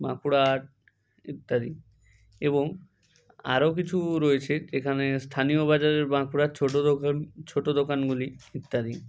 বাঁকুড়ার ইত্যাদি এবং আরও কিছু রয়েছে এখানে স্থানীয় বাজারের বাঁকুড়ার ছোট দোকান ছোট দোকানগুলি ইত্যাদি